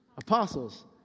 apostles